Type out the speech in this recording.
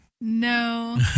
No